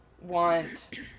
want